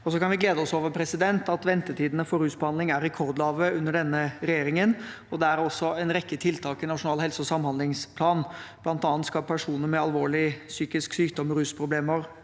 Vi kan glede oss over at ventetidene for rusbehandling er rekordlave under denne regjeringen. Det er også en rekke tiltak i nasjonal helse- og samhandlingsplan. Blant annet skal personer med alvorlig psykisk sykdom og rusproblemer